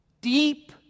deep